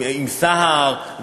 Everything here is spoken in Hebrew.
עם סהר?